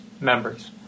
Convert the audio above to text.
members